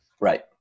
right